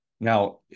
Now